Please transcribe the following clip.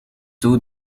toe